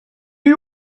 you